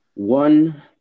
One